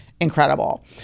incredible